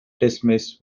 dismissed